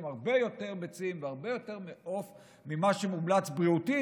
הרבה יותר ביצים והרבה יותר עוף ממה שמומלץ בריאותית.